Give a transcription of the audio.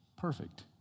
perfect